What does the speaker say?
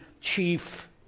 chief